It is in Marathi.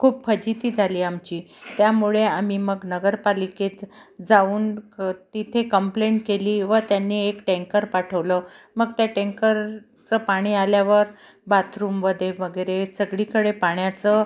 खूप फजिती झाली आमची त्यामुळे आम्ही मग नगरपालिकेत जाऊन तिथे कंप्लेन्ट केली व त्यांनी एक टँकर पाठवलं मग त्या टँकरचं पाणी आल्यावर बाथरूममध्ये वगैरे सगळीकडे पाण्याचं